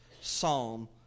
psalm